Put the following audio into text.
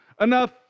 Enough